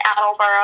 Attleboro